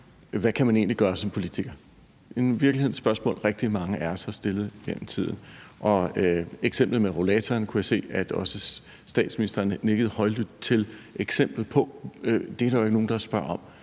hvad man egentlig kan gøre som politiker. Det er i virkeligheden et spørgsmål, rigtig mange af os har stillet igennem tiden, og eksemplet med rollatoren kunne jeg se at også statsministeren nikkede højlydt til; det er der jo ikke nogen der spørger om,